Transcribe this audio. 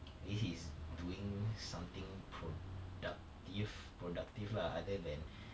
at least he's doing something productive productive lah other than